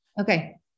okay